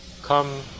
come